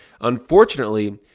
unfortunately